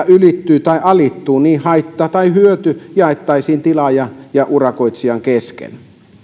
ylittyy tai alittuu niin haitta tai hyöty jaettaisiin tilaajan ja urakoitsijan kesken